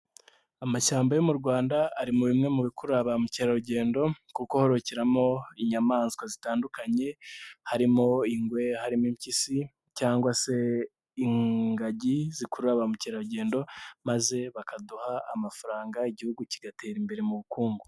Amashyamba yo mu Rwanda ari mu bimwe mu bikurura ba mukerarugendo kuko hororokeramo inyamaswa zitandukanye, harimo: ingwe, harimo impyisi cyangwa se ingagi zikurura ba mukerarugendo, maze bakaduha amafaranga Igihugu kigatera imbere mu bukungu.